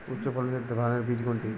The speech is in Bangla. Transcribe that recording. উচ্চ ফলনশীল ধানের বীজ কোনটি?